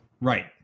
Right